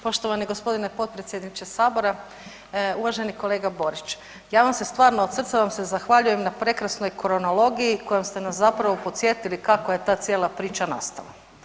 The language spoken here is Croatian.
Poštovani gospodine potpredsjedniče sabora, uvaženi kolega Borić, ja vam se stvarno od srca vam se zahvaljujem na prekrasnoj kronologiji kojom ste nas zapravo podsjetili kako je ta cijela priča nastala.